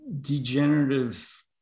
Degenerative